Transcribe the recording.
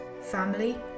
family